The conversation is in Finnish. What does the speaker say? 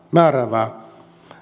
määräävää